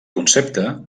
concepte